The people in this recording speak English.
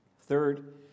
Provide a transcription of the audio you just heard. Third